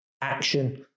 action